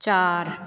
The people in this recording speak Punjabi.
ਚਾਰ